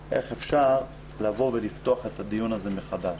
איך אפשר לפתוח את הדיון הזה מחדש?